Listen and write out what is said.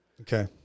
Okay